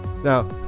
now